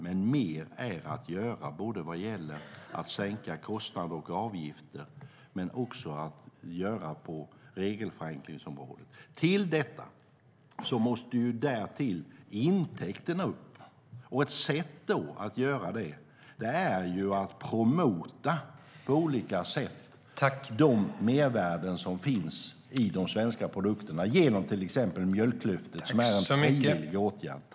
Men mer finns att göra vad gäller att sänka kostnader och avgifter och på regelförenklingsområdet.